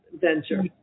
venture